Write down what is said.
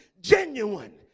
Genuine